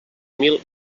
mil